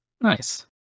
Nice